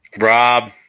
Rob